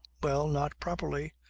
well, not properly.